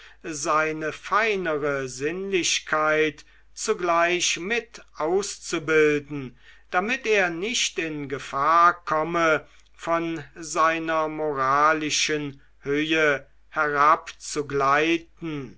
seine feinere sinnlichkeit zugleich mit auszubilden damit er nicht in gefahr komme von seiner moralischen höhe